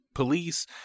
police